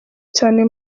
cyane